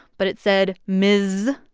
but it said ms.